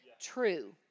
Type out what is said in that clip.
true